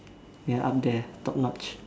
ya up there top notch